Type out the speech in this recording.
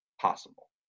possible